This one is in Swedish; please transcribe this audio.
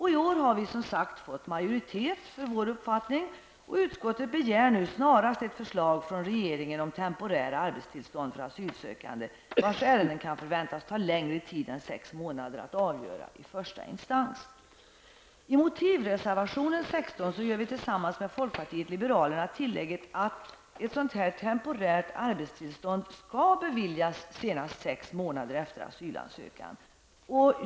I år har vi fått majoritet för vår uppfattning, och utskottet begär nu snarast ett förslag från regeringen om temporära arbetstillstånd för asylsökande, vars ärenden kan förväntas ta längre tid än sex månader att avgöra i första instans. I motivreservationen 16 gör vi tillsammans med folkpartiet liberalerna tillägget att ett temporärt arbetstillstånd skall beviljas senast sex månader efter asylansökan.